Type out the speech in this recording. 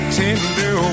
tender